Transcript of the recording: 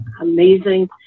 amazing